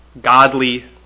godly